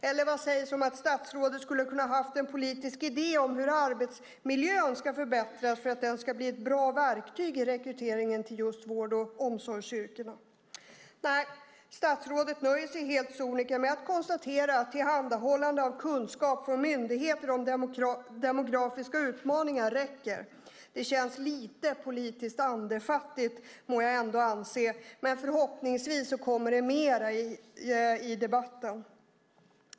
Eller vad sägs om att statsrådet skulle kunnat ha en politisk idé om hur arbetsmiljön ska förbättras för att den ska bli ett bra verktyg i rekryteringen till just vård och omsorgsyrkena? Nej, statsrådet nöjer sig helt sonika med att konstatera att tillhandahållandet av kunskap från myndigheter om demografiska utmaningar räcker. Det känns lite politiskt andefattigt, må jag ändå anse. Men förhoppningsvis kommer det mer i debatten.